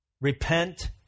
Repent